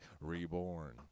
Reborn